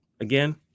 again